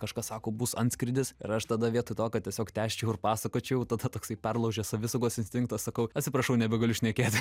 kažkas sako bus antskrydis ir aš tada vietoj to kad tiesiog tęsčiau ir pasakočiau tada toksai perlaužia savisaugos instinktas sakau atsiprašau nebegaliu šnekėti